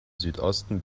südosten